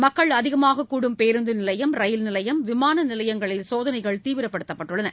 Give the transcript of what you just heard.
மக்கள் அதிகமாக கூடும் பேருந்து நிலையம் ரயில் நிலையம் விமான நிலையங்களில் சோதனைகள் தீவிரப்படுத்தப்பட்டுள்ளன